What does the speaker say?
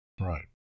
Right